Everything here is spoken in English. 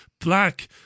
black